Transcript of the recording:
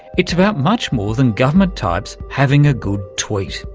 it's about much more than government types having a good tweet.